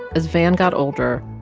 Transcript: as van got older,